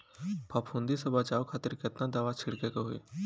फाफूंदी से बचाव खातिर केतना दावा छीड़के के होई?